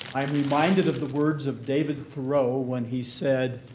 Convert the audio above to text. i'm reminded of the words of david thoreau when he said,